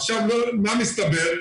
עכשיו מהמסתבר?